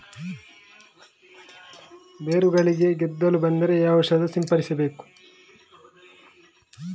ಬೇರುಗಳಿಗೆ ಗೆದ್ದಲು ಬಂದರೆ ಯಾವ ಔಷಧ ಸಿಂಪಡಿಸಬೇಕು?